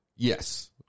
Yes